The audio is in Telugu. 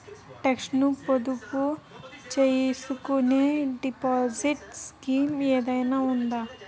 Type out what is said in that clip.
టాక్స్ ను పొదుపు చేసుకునే డిపాజిట్ స్కీం ఏదైనా ఉందా?